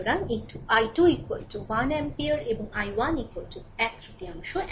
সুতরাং এই i2 1 ampere এবং i1 এক তৃতীয়াংশ অ্যাম্পিয়ার